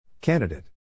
Candidate